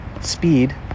speed